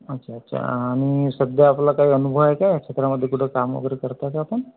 अच्छा अच्छा आणि सध्या आपला काही अनुभव आहे का या क्षेत्रामध्ये कुठं काम वगैरे करता का आपण